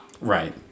Right